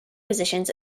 positions